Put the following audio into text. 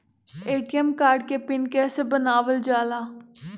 ATM card के PIN कैसे बनावल जाला?